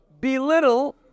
belittle